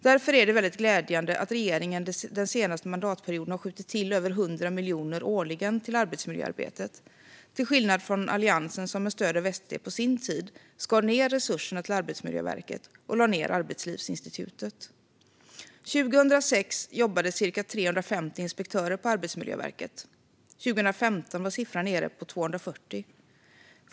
Därför är det väldigt glädjande att regeringen den senaste mandatperioden har skjutit till över 100 miljoner årligen till arbetsmiljöarbetet, till skillnad från Alliansen som med stöd av SD på sin tid skar ned resurserna till Arbetsmiljöverket och lade ned Arbetslivsinstitutet. År 2006 jobbade ca 350 inspektörer på Arbetsmiljöverket, 2015 var siffran nere i 240.